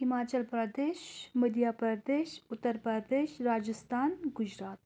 Himachal Pradesh Madhya Pradesh Uttar Pradesh Rajasthan Gujarat